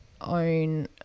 own